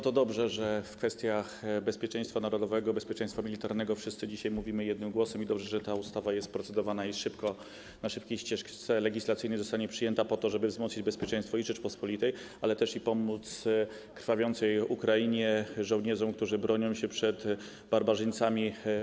To dobrze, że w kwestiach bezpieczeństwa narodowego, bezpieczeństwa militarnego wszyscy dzisiaj mówimy jednym głosem, i dobrze, że ta ustawa, procedowana w ramach szybkiej ścieżki legislacyjnej, zostanie przyjęta po to, żeby wzmocnić bezpieczeństwo Rzeczypospolitej, ale też pomóc krwawiącej Ukrainie, żołnierzom, którzy bronią się przed rosyjskimi barbarzyńcami.